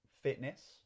fitness